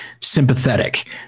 sympathetic